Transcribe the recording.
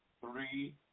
three